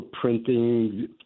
printing